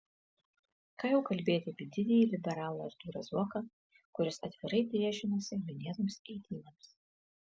ką jau kalbėti apie didįjį liberalą artūrą zuoką kuris atvirai priešinosi minėtoms eitynėms